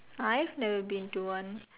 I've never been to one